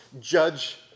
judge